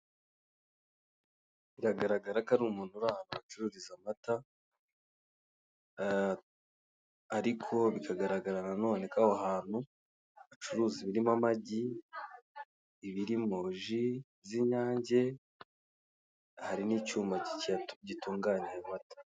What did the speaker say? Biragaragara ko ari umuntu uri ahantu bacururiza amata ariko nanone bikagaragara ko ari ahantu bacuruza amagi, ibirimo ji z'inyange, hakaba n'icyuma gitunganya ayo mata.